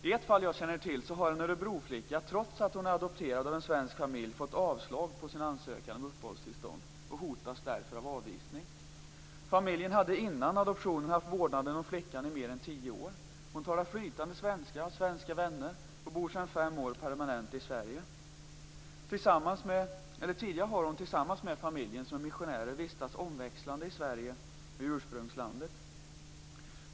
I ett fall jag känner till har en Örebroflicka, trots att hon är adopterad av en svensk familj, fått avslag på sin ansökan om uppehållstillstånd och hotas därför av avvisning. Familjen hade innan adoptionen haft vårdnaden om flickan i mer än tio år. Hon talar flytande svenska, har svenska vänner och bor sedan fem år permanent i Sverige. Tidigare har hon tillsammans med familjen, som är missionärer, vistats omväxlande i Sverige och i ursprungslandet.